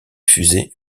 fusées